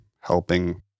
helping